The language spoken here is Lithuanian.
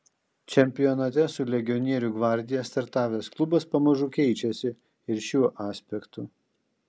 čempionate su legionierių gvardija startavęs klubas pamažu keičiasi ir šiuo aspektu